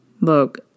Look